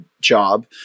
job